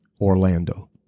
Orlando